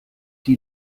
die